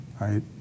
Right